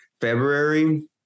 February